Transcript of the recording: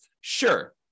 Sure